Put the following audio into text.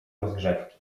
rozgrzewki